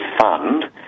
fund